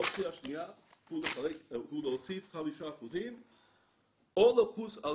האופציה השנייה היא להוסיף 5% או לחוס על